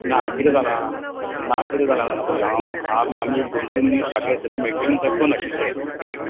ना कितें जालां ना कितें जालां आ जाणा पात्रांव आम आमी एक दोन तीन दीस फाटल्या दिसांनी मेंटेनंसाक बंद आशिल्ले एक